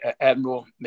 Admiral